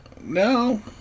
No